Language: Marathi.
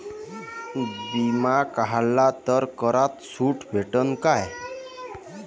बिमा काढला तर करात सूट भेटन काय?